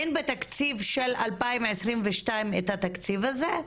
אין בתקציב של 2022 את התקציב הזה?